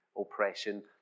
oppression